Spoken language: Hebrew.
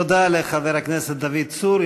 תודה לחבר הכנסת דוד צור.